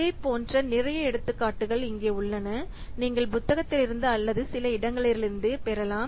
இதே போன்ற எடுத்துக்காட்டுகள் நிறைய உள்ளன நீங்கள் புத்தகத்திலிருந்து அல்லது சில இடங்களிலிருந்து பெறலாம்